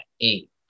eight